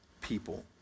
people